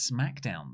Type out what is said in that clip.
smackdown